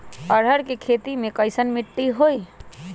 अरहर के खेती मे कैसन मिट्टी होइ?